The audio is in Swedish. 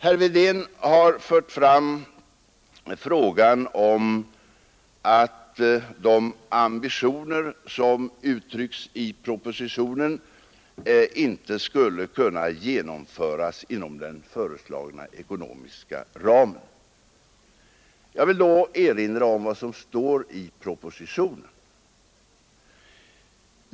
Herr Wedén har tagit upp frågan att de ambitioner som kommit till uttryck i propositionen inte kan förverkligas inom den föreslagna ekonomiska ramen. Med anledning därav vill jag erinra om vad som står i propositionen.